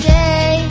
day